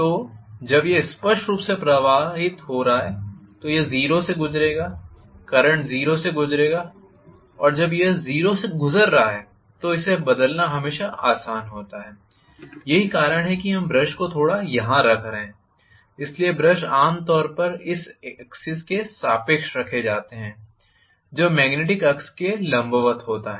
तो जब यह स्पष्ट रूप से प्रवाहित हो रहा है तो यह 0 से गुज़रेगा करंट 0 से गुज़रेगा और जब यह 0 से गुज़र रहा है तो इसे बदलना हमेशा आसान होता है यही कारण है कि हम ब्रश को थोड़ा यहाँ रख रहे हैं इसलिए ब्रश आम तौर पर इस एक्सिस के सापेक्ष रखे जाते है जो मॅग्नेटिक एक्सिस के लंबवत होता है